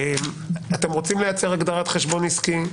אם אתם רוצים לייצר הגדרת חשבון עסקי,